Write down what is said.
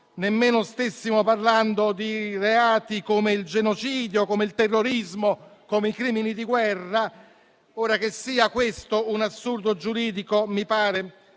nemmeno stessimo parlando di reati come il genocidio, il terrorismo o i crimini di guerra. Ora che sia questo un assurdo giuridico mi pare